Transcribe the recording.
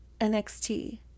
NXT